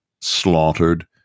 slaughtered